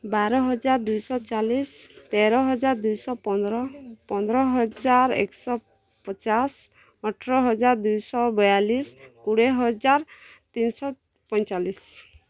ବାର ହଜାର ଦୁଇ ଶହ ଚାଳିଶି ତେର ହଜାର ଦୁଇ ଶହ ପନ୍ଦର ପନ୍ଦର ହଜାର ଏକ ଶହ ପଚାଶ ଅଠର ହଜାର ଦୁଇ ଶହ ବୟାଳିଶି କୋଡ଼ିଏ ହଜାର ତିନି ଶହ ପଇଁଚାଳିଶି